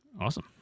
Awesome